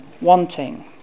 wanting